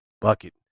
bucket